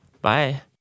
Bye